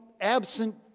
absent